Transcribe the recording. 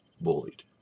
bullied